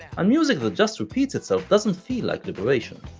music that just repeats itself doesn't feel like liberation.